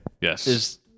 Yes